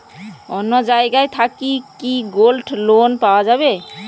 অন্য জায়গা থাকি কি গোল্ড লোন পাওয়া যাবে?